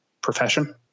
profession